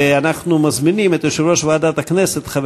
ואנחנו מזמינים את יושב-ראש ועדת הכנסת חבר